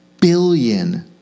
billion